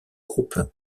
groupe